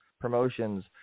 promotions